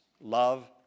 Love